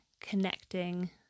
connecting